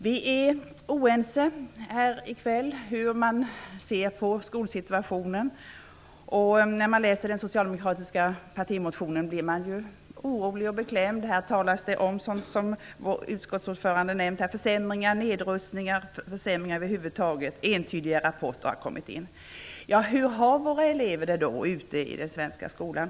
Vi är oense här i kväll i synen på skolsituationen. När man läser den socialdemokratiska partimotionen blir man också orolig och beklämd. Det talas om sådant som vår utskottsordförande också nämnde i sitt anförande: försämringar och nedrustningar och att entydiga rapporter om detta har kommit in. Ja, hur har då våra elever det ute i den svenska skolan?